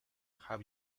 have